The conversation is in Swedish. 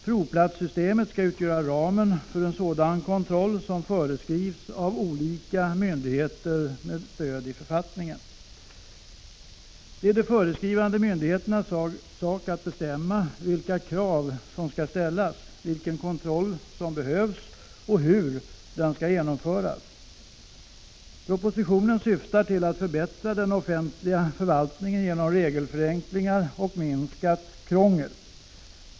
Provplatssystemet skall utgöra ramen för en sådan kontroll som föreskrivs av olika myndigheter med stöd i författningen. Det är de föreskrivande myndigheternas sak att bestämma vilka krav som skall ställas, vilken kontroll som behövs och hur den skall genomföras. Propositionen syftar till att förbättra den offentliga förvaltningen genom regelförenklingar och minskat krångel.